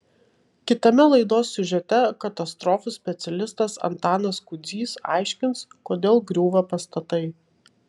kitame laidos siužete katastrofų specialistas antanas kudzys aiškins kodėl griūva pastatai